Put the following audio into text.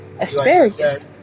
asparagus